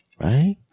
Right